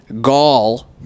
gall